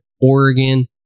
Oregon